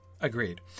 Agreed